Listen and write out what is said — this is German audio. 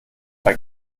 bei